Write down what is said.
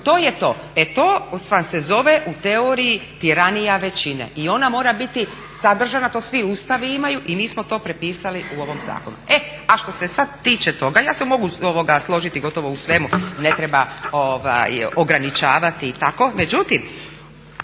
To je to. E to vam se zove u teoriji tiranije većine i ona mora biti sadržana, to svi ustavi imaju, i mi smo to prepisali u ovom zakonu. E, a što se sad tiče toga ja se mogu složiti gotovo u svemu, ne treba ograničavati i tako, međutim